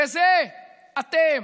בזה אתם,